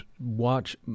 watch